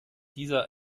dieser